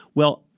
well,